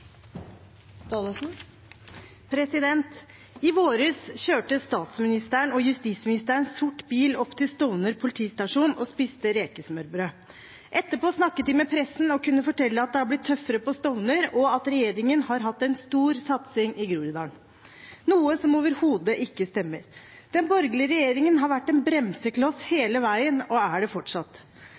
I vår kjørte statsministeren og justisministeren sort bil opp til Stovner politistasjon og spiste rekesmørbrød. Etterpå snakket de med pressen og kunne fortelle at det har blitt tøffere på Stovner, og at regjeringen har hatt en stor satsing i Groruddalen, noe som overhodet ikke stemmer. Den borgerlige regjeringen har vært en bremsekloss hele veien og er det fortsatt.